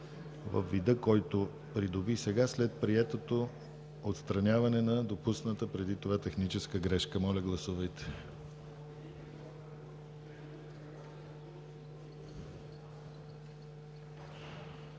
във вида, който придоби сега, след приетото отстраняване на допусната преди това техническа грешка. Гласували 113 народни